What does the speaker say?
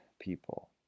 people